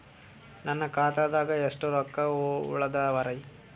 ನನ್ನ ಖಾತಾದಾಗ ಎಷ್ಟ ರೊಕ್ಕ ಉಳದಾವರಿ?